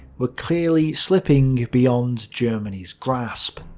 were clearly slipping beyond germany's grasp.